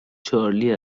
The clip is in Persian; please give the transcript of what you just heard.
چارلی